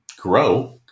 grow